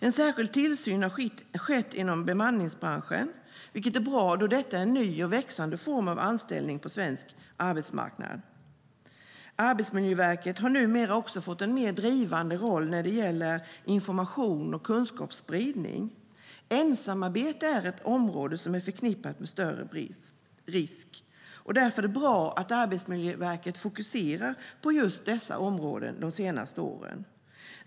En särskild tillsyn har skett inom bemanningsbranschen, vilket är bra, då detta är en ny och växande form av anställning på svensk arbetsmarknad. Arbetsmiljöverket har numera också fått en mer drivande roll när det gäller information och kunskapsspridning. Ensamarbete är ett område som är förknippat med större risk, och därför är det bra att Arbetsmiljöverket har fokuserat på just dessa områden de senaste åren.